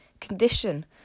condition